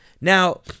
now